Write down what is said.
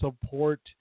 support